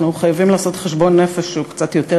אנחנו חייבים לעשות חשבון נפש שהוא קצת יותר